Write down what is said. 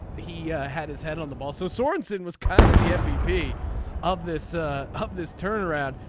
he had his head on the ball so sorensen was kind of the mvp of this ah of this turnaround.